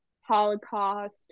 Holocaust